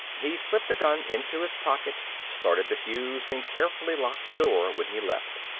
he slipped the gun into his pocket, started the fuse, and carefully locked the door when he left.